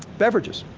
beverages.